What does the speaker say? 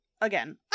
again